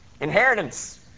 inheritance